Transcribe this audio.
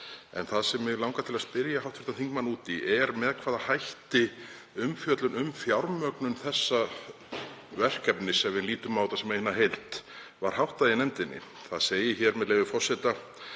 Það sem mig langar til að spyrja hv. þingmann út í er: Með hvaða hætti var umfjöllun um fjármögnun þessa verkefnis, ef við lítum á þetta sem eina heild, háttað í nefndinni? Það segir hér, með leyfi forseta,